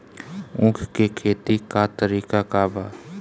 उख के खेती का तरीका का बा?